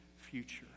future